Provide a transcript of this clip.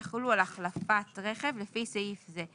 יחולו על החלפת רכב לפי סעיף זה,